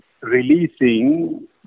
releasing